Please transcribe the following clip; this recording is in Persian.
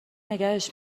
نگهش